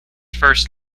first